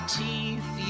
teeth